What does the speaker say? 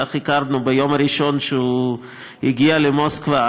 כך הכרנו, ביום הראשון שהוא הגיע למוסקבה.